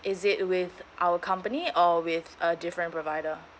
is it with our company or with a different provider